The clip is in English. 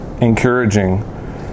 encouraging